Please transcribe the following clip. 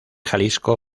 jalisco